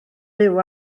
fyw